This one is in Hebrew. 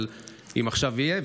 אבל אם עכשיו יהיה,